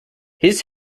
his